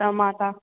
त मां तव्हां